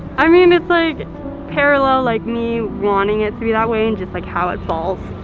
i mean it's like and parallel like me wanting it to be that way and just like how it falls.